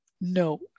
no